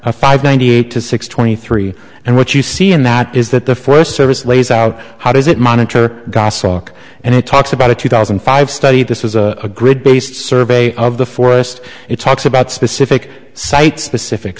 it five ninety eight to six twenty three and what you see in that is that the forest service lays out how does it monitor goshawk and it talks about a two thousand and five study this is a grid based survey of the forest it talks about specific site specific